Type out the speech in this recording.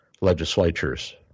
legislatures